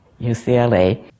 UCLA